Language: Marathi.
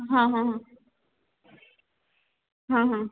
हां हां हां हां हां